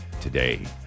today